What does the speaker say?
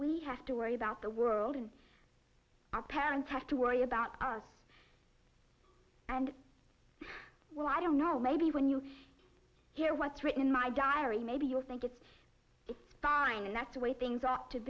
we have to worry about the world and our parents have to worry about us and well i don't know maybe when you hear what's written in my diary maybe you'll think it's fine and that's the way things ought to